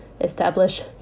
establish